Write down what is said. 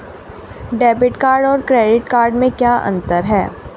Debit card और credit card में क्या अंतर है?